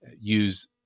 use